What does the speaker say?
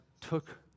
took